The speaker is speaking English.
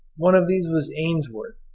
one of these was ainsworth,